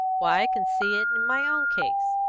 why, i can see it in my own case.